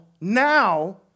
now